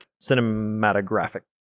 cinematographic